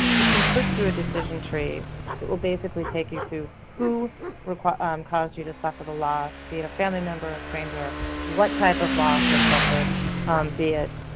you can click through a decision tree that will basically take you through who um caused you to suffer the loss be it a family member, a stranger what type of loss was suffered um be it